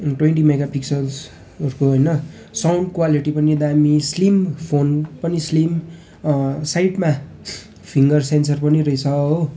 twenty mega पिक्सेल्सहरूको होइन sound quality पनि दामी स्लिम फोन पनि स्लिम साइडमा फिङ्गर सेन्सर पनि रहेछ हो